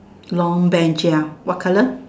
long Bench ya what colour